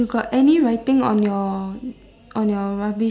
you got any writing on your on your rubbish bin